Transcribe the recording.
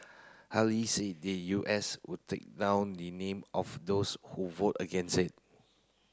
Haley said the U S would take down the name of those who vote against it